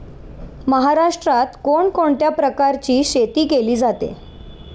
महाराष्ट्रात कोण कोणत्या प्रकारची शेती केली जाते?